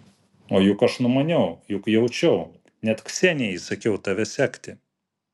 o juk aš numaniau juk jaučiau net ksenijai įsakiau tave sekti